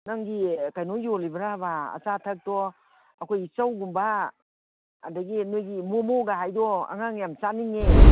ꯅꯪꯒꯤ ꯀꯩꯅꯣ ꯌꯣꯜꯂꯤꯕ꯭ꯔꯥꯕ ꯑꯆꯥ ꯑꯊꯛꯇꯣ ꯑꯩꯈꯣꯏꯒꯤ ꯆꯧꯒꯨꯝꯕ ꯑꯗꯒꯤ ꯅꯣꯏꯒꯤ ꯃꯣꯃꯣꯒ ꯍꯥꯏꯗꯣ ꯑꯉꯥꯡ ꯌꯥꯝ ꯆꯥꯅꯤꯡꯉꯦ